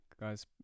guys